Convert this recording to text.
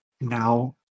now